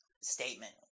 statement